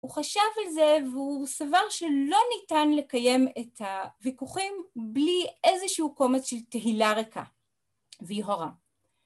הוא חשב על זה והוא סבר שלא ניתן לקיים את הוויכוחים בלי איזשהו קומץ של תהילה ריקה והיא הורה.